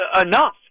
Enough